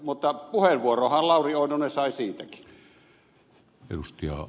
mutta puheenvuoronhan lauri oinonen sai siitäkin